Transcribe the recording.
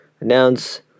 announce